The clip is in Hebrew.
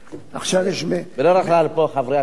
בדרך כלל פה חברי הכנסת מהמתמידים.